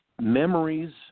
memories